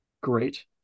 great